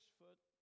foot